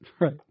right